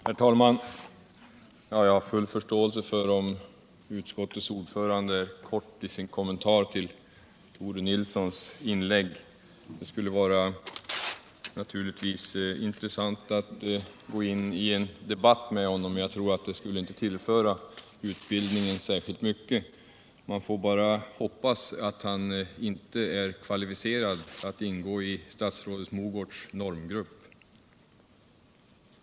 Herr talman! Jag har full förståelse för om utskottets ordförande var kortfaltad i sin kommentar till Tore Nilssons inlägg. Det skulle naturligtvis vara intressant att gå in i en debatt med Tore Nilsson, men jag tror inte att det skulle tillföra utbildningen särskilt mycket. Vi får bara hoppas att han inte är kvalificerad att ingå i statsrådet Mogårds normgrupp.